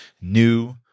new